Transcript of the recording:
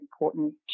important